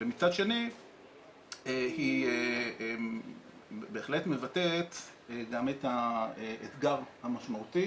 ומצד שני היא בהחלט מבטאת גם את האתגר המשמעותי